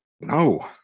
No